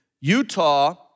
Utah